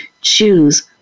choose